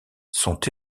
sont